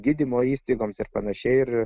gydymo įstaigoms ir panašiai ir